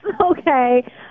Okay